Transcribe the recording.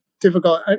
difficult